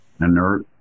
inert